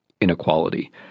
inequality